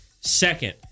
Second